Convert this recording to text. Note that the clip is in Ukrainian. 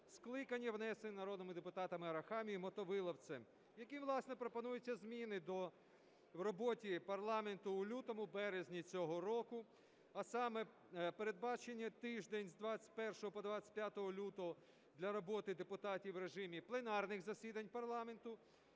скликання, внесений народними депутатами Арахамією, Мотовиловцем. Які, власне, пропонуються зміни в роботі парламенту у лютому-березні цього року? А саме передбачені тиждень з 21 по 25 лютого для роботи депутатів в режимі пленарних засідань парламенту,